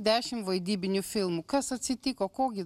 dešim vaidybinių filmų kas atsitiko ko gi